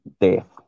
Death